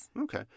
okay